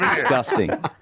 disgusting